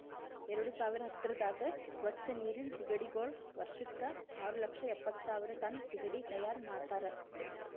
ಎರಡು ಸಾವಿರ ಹತ್ತುರದಾಗ್ ಸ್ವಚ್ ನೀರಿನ್ ಸೀಗಡಿಗೊಳ್ ವರ್ಷಕ್ ಆರು ಲಕ್ಷ ಎಪ್ಪತ್ತು ಸಾವಿರ್ ಟನ್ ಸೀಗಡಿ ತೈಯಾರ್ ಮಾಡ್ತಾರ